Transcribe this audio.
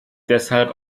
deshalb